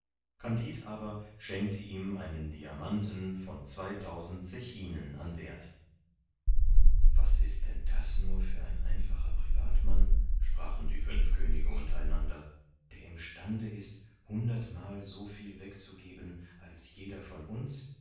kandid aber schenkte ihm einen diamanten von zweitausend zechinen an werth was ist denn das nur für ein einfacher privatmann sprachen die fünf könige unter einander der im stande ist hundertmal so viel wegzugeben als jeder von uns